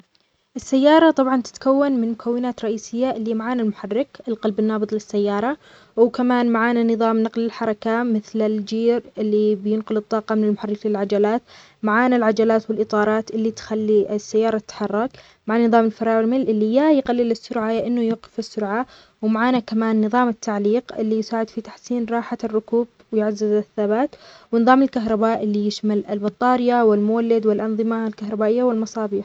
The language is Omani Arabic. السيارة طبعاً تتكوّن من مكوّنات رئيسيّة اللي معانا المحرك القلب النابض للسياره وكمان معانا ونظام نقل الحركة مثل الجيراللي بينقل الطاقه من المحرك للعجلات معنا العجلات والإطارات اللي تخلي السيارة تتحرّك معنا نظام الفرامل اللي يا يقلّل السيارة يأنه يوقف السرعه ومعانا كمان نظام التعليق اللي يساعد في تحسين راحة الركوب ويعزّز الثبات ونظام الكهرباء اللي يشمل البطارية والمولد والأنظمة الكهربائية والمصابيح.